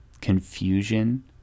confusion